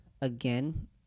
again